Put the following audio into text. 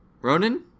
Ronan